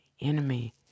enemy